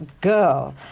Girl